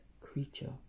creature